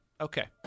Okay